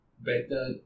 Better